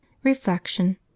reflection